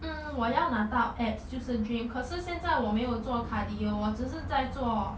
mm 我要拿到 abs 就是 dream 可是现在我没有做 cardio 我只是在做